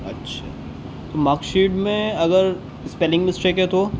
اچھا mark sheet میں اگر اسپیلنگ مسٹیک ہے تو